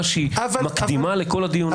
שהיא מקדימה לכל הדיון.